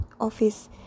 office